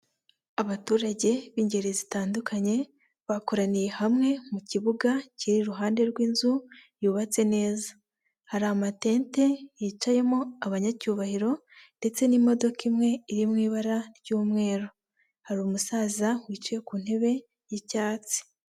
Abaturage b'ingeri zitandukanye bakoraniye hamwe mu kibuga kiri iruhande rw'inzu yubatse neza. Hari amatente yicayemo abanyacyubahiro ndetse n'imodoka imwe iri mu ibara ry'umweru, hari umusaza wicaye ku ntebe y'icyatsi.